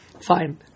fine